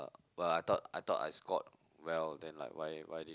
but I thought I thought I scored well then like why why did